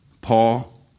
Paul